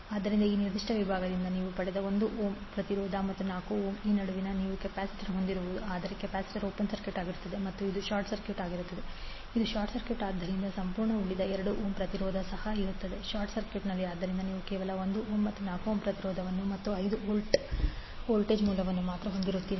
ಆದ್ದರಿಂದ ಈ ನಿರ್ದಿಷ್ಟ ವಿಭಾಗದಿಂದ ನೀವು ಪಡೆದ 1 ಓಮ್ ಪ್ರತಿರೋಧ ಮತ್ತು 4 ಓಮ್ ಈ ನಡುವೆ ನೀವು ಕೆಪಾಸಿಟರ್ ಹೊಂದಿರುವ ಆದರೆ ಕೆಪಾಸಿಟರ್ ಓಪನ್ ಸರ್ಕ್ಯೂಟ್ ಆಗಿರುತ್ತದೆ ಮತ್ತು ಇದು ಶಾರ್ಟ್ ಸರ್ಕ್ಯೂಟ್ ಆಗಿರುತ್ತದೆ ಇದು ಶಾರ್ಟ್ ಸರ್ಕ್ಯೂಟ್ ಆದ್ದರಿಂದ ಸಂಪೂರ್ಣ ಉಳಿದ 2 ಓಮ್ ಪ್ರತಿರೋಧವೂ ಸಹ ಇರುತ್ತದೆ ಶಾರ್ಟ್ ಸರ್ಕ್ಯೂಟ್ ಆದ್ದರಿಂದ ನೀವು ಕೇವಲ 1 ಓಮ್ ಮತ್ತು 4 ಓಮ್ ಪ್ರತಿರೋಧಗಳು ಮತ್ತು 5 ವೋಲ್ಟ್ ವೋಲ್ಟೇಜ್ ಮೂಲವನ್ನು ಮಾತ್ರ ಹೊಂದಿರುತ್ತೀರಿ